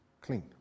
clean